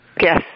Yes